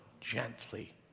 gently